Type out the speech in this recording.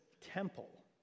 temple